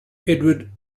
edward